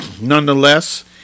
nonetheless